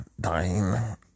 dying